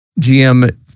GM